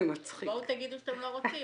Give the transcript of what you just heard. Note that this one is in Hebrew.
בואו תגידו שאתם לא רוצים.